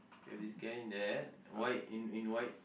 there's this guy in that white in in white